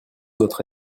notre